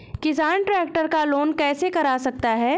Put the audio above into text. किसान ट्रैक्टर का लोन कैसे करा सकता है?